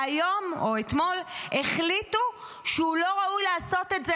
והיום או אתמול החליטו שהוא לא ראוי לעשות את זה,